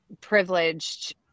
privileged